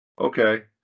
Okay